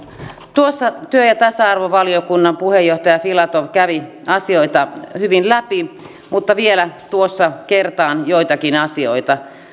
tuossa työ ja tasa arvovaliokunnan puheenjohtaja filatov kävi asioita hyvin läpi mutta vielä kertaan joitakin asioita